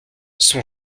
son